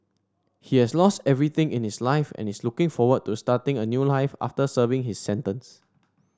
he has lost everything in his life and is looking forward to starting a new life after serving his sentence